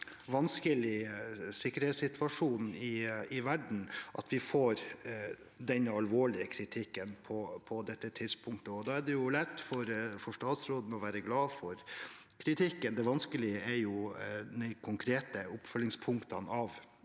vi er i en vanskelig sikkerhetssituasjon i verden, at vi får denne alvorlige kritikken på dette tidspunktet. Da er det jo lett for statsråden å være glad for kritikken; det vanskelige er de konkrete oppfølgingspunktene i